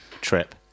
trip